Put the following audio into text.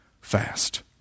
fast